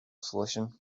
solution